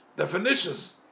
Definitions